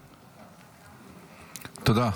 תודה.